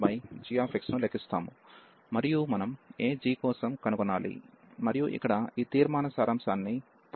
మరియు మనం ఏ g కోసం కనుగొనాలి మనము ఇక్కడ ఈ తీర్మాన సారాంశాన్ని పొందుతున్నాము